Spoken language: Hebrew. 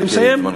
אני מסיים.